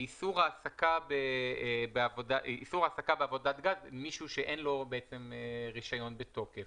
איסור העסקה בעבודת גז של מישהו שאין לו רישיון בתוקף.